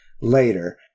later